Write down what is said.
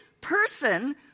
person